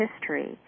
history